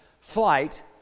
flight